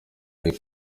ari